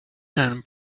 and